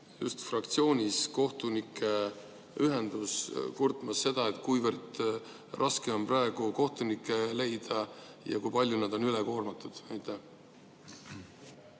just fraktsioonis kohtunike ühendus kurtmas seda, kui raske on praegu kohtunikke leida ja kui palju nad on üle koormatud.